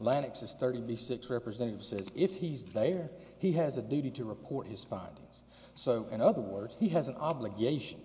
lennox's thirty six representatives as if he's there he has a duty to report his findings so in other words he has an obligation